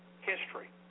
history